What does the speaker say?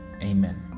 Amen